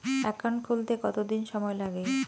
Account খুলতে কতদিন সময় লাগে?